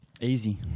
Easy